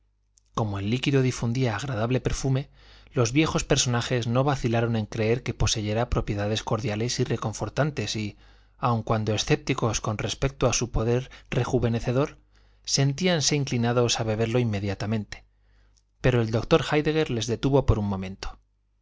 como el líquido difundía agradable perfume los viejos personajes no vacilaron en creer que poseyera propiedades cordiales y reconfortantes y aun cuando escépticos con respecto a su poder rejuvenecedor sentíanse inclinados a beberlo inmediatamente pero el doctor héidegger les detuvo por un momento